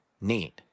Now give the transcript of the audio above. need